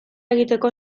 egiteko